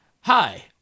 Hi